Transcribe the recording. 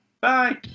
Bye